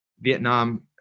Vietnam